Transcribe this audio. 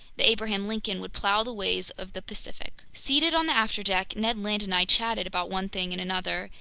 the abraham lincoln would plow the waves of the pacific. seated on the afterdeck, ned land and i chatted about one thing and another,